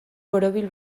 borobil